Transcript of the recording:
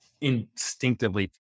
instinctively